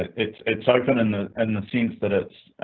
it's it's open in the and in the sense that it's,